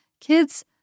kids